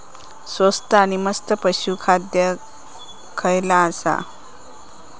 स्वस्त आणि मस्त पशू खाद्य खयला आसा?